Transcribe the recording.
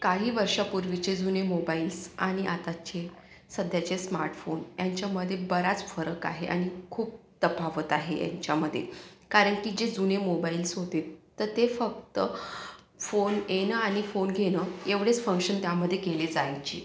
काही वर्षापूर्वीचे जुने मोबाईल्स आणि आताचे सध्याचे स्मार्टफोन यांच्यामध्ये बराच फरक आहे आणि खूप तफावत आहे यांच्यामध्ये कारण की जे जुने मोबाईल्स होते तर ते फक्त फोन येणं आणि फोन घेणं एवढेच फंक्शन त्यामध्ये केले जायचे